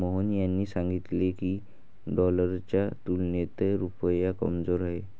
मोहन यांनी सांगितले की, डॉलरच्या तुलनेत रुपया कमजोर आहे